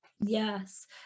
Yes